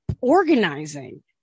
organizing